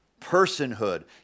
personhood